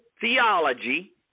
theology